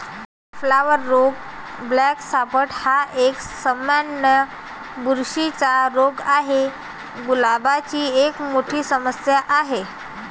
flower रोग black spot हा एक, सामान्य बुरशीचा रोग आहे, गुलाबाची एक मोठी समस्या आहे